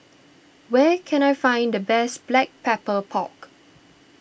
where can I find the best Black Pepper Pork